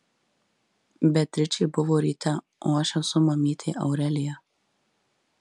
beatričė buvo ryte o aš esu mamytė aurelija